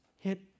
hit